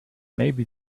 maybe